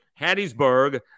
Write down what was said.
Hattiesburg